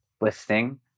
listing